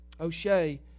O'Shea